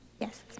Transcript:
Yes